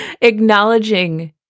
Acknowledging